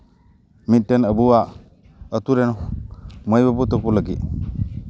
ᱢᱤᱫᱴᱮᱱ ᱟᱵᱚᱣᱟᱜ ᱟᱹᱛᱩᱨᱮ ᱢᱟᱹᱭ ᱵᱟᱹᱵᱩ ᱛᱟᱠᱚ ᱞᱟᱹᱜᱤᱫ